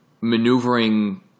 maneuvering